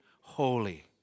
holy